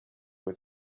with